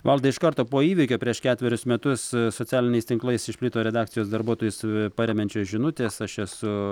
valdai iš karto po įvykio prieš ketverius metus socialiniais tinklais išplito redakcijos darbuotojus paremiančios žinutės aš esu